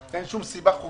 אין שום סיבה חוקית,